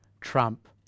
trump